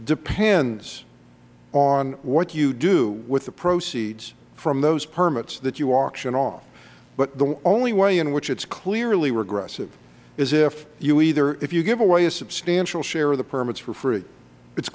depends on what you do with the proceeds from those permits that you auction off but the only way in which it is clearly regressive is if you either if you give away a substantial share of the permits for free it